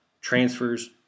transfers